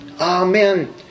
Amen